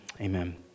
amen